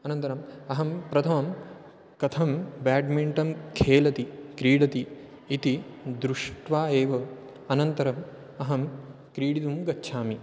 अनन्तरम् अहं प्रथमं कथं ब्याड्मिण्टन् खेलति क्रीडति इति दृष्ट्वा एव अनन्तरम् अहं क्रीडितुं गच्छामि